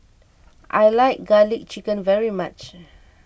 I like Garlic Chicken very much